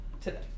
today